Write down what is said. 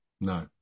No